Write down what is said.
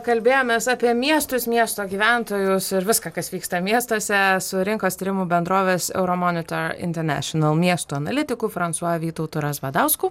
kalbėjomės apie miestus miesto gyventojus ir viską kas vyksta miestuose su rinkos tyrimų bendrovės euro monitor international miesto analitiku fransua vytautu razvadausku